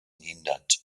hindert